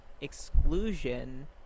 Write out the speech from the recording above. exclusion